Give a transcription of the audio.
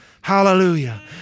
Hallelujah